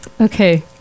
Okay